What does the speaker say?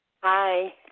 Hi